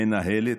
מנהלת,